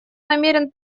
намерен